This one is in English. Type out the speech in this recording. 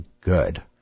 good